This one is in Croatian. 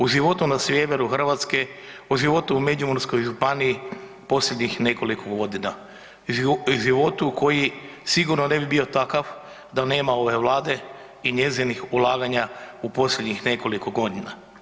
U životu na Sjeveru Hrvatske, o životu u Međimurskoj županiji posljednjih nekoliko godina, životu koji sigurno ne bi bio takav da nema ove Vlade i njezinih ulaganja u posljednjih nekoliko godina.